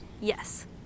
Yes